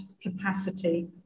capacity